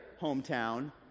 hometown